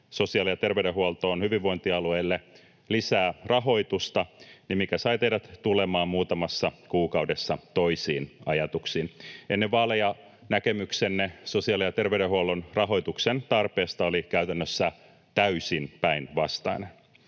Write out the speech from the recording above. sosiaali- ja terveydenhuoltoon hyvinvointialueille lisää rahoitusta: mikä sai teidät tulemaan muutamassa kuukaudessa toisiin ajatuksiin? Ennen vaaleja näkemyksenne sosiaali- ja terveydenhuollon rahoituksen tarpeesta oli käytännössä täysin päinvastainen.